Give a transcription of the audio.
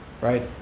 right